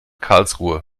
karlsruhe